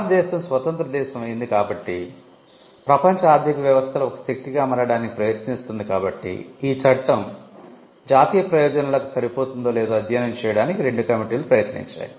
భారత దేశం స్వతంత్ర దేశం అయింది కాబట్టి ప్రపంచ ఆర్థిక వ్యవస్థలో ఒక శక్తిగా మారటానికి ప్రయత్నిస్తుంది కాబట్టి ఈ చట్టం జాతీయ ప్రయోజనాలకు సరిపోతుందో లేదో అధ్యయనం చేయడానికి ఈ రెండు కమిటీలు ప్రయత్నించాయి